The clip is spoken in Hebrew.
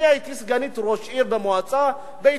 אני הייתי סגנית ראש עיר במועצה בהתנדבות.